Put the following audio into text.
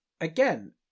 again